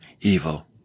evil